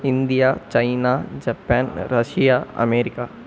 India China Japan Russia America